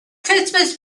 christmas